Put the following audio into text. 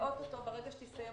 שברגע שתסתיים